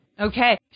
Okay